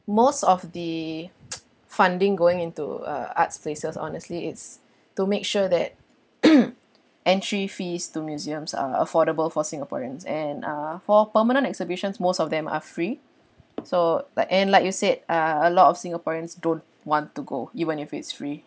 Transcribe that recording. most of the funding going into uh arts places honestly it's to make sure that entry fees to museums are affordable for singaporeans and uh for permanent exhibitions most of them are free so like and like you said uh a lot of singaporeans don't want to go even if it's free